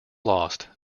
lost